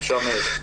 בבקשה מאיר.